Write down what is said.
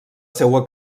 seua